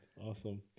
awesome